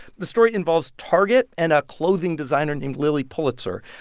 the story involves target and a clothing designer named lilly pulitzer.